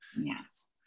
Yes